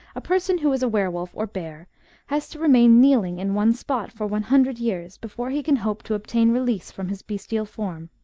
a person who is a were-wolf or bear has to remain kneeling in one spot for one hundred years before he can hope to obtain release from his bestial form.